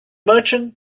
merchant